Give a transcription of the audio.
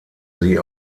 sie